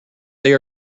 they